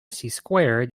squared